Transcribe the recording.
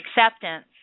acceptance